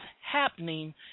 happening